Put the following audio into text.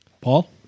Paul